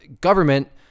government